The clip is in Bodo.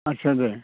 आच्चा दे